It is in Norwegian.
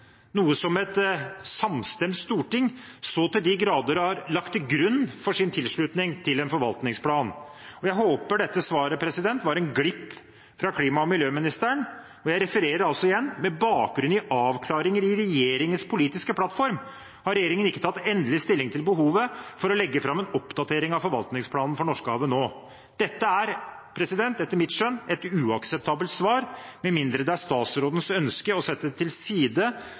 noe som et samstemt storting så til de grader har lagt til grunn for sin tilslutning til en forvaltningsplan, og jeg håper dette svaret var en glipp fra klima- og miljøministeren. Jeg siterer igjen: «Med bakgrunn i avklaringer i regjeringens politiske plattform har regjeringen ikke tatt endelig stilling til behovet for å legge fram en oppdatering av forvaltningsplanen for Norskehavet nå.» Dette er etter mitt skjønn et uakseptabelt svar, med mindre det er statsrådens ønske å sette til side